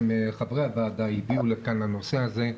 חברי הוועדה הביאו לכאן את הנושא הזה,